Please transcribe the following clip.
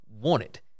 wanted